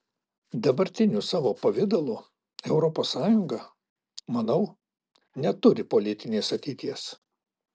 dabartiniu savo pavidalu europos sąjunga manau neturi politinės ateities